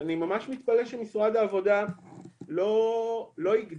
שאני ממש מתפלא שמשרד העבודה לא הגדיר